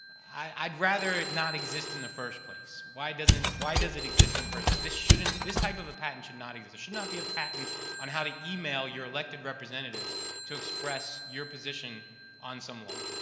i'd rather it not exist in the first place. why doesn't why does it exist in the first place? like this shouldn't this type of a patent should not exist. there should not be a patent on how to email your elected representatives to express your position on some law.